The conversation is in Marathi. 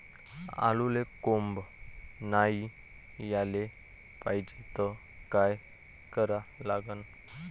आलूले कोंब नाई याले पायजे त का करा लागन?